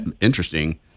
Interesting